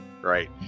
Right